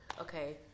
Okay